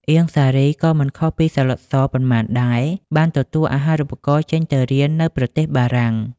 អៀង សារី ក៏មិនខុសពី សាឡុត ស ប៉ុន្មានដែរ បានទទួលអាហារូបករណ៍ចេញទៅរៀននៅប្រទេសបារាំង។